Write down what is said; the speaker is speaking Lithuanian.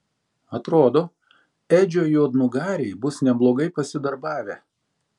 atrodo edžio juodnugariai bus neblogai pasidarbavę